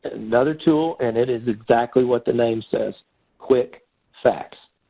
another tool, and it is exactly what the name says quick facts.